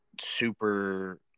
super